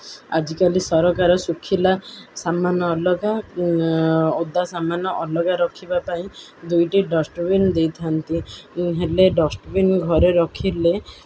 ଆଜିକାଲି ସରକାର ଶୁଖିଲା ସାମାନ ଅଲଗା ଓଦା ସାମାନ ଅଲଗା ରଖିବା ପାଇଁ ଦୁଇଟି ଡଷ୍ଟବିିନ ଦେଇଥାନ୍ତି ହେଲେ ଡଷ୍ଟବିିନ ଘରେ ରଖିଲେ